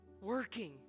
working